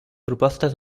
propostes